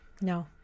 No